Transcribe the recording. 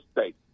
state